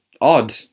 odd